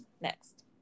next